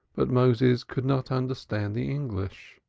but moses could not understand the english.